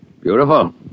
Beautiful